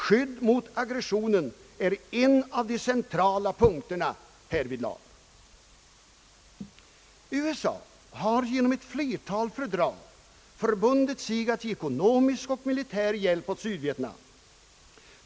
Skydd mot aggression är en av de centrala punkterna härvidlag. USA har med ett flertal fördrag utfäst sig att ge ekonomisk och militär hjälp åt Sydvietnam.